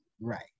right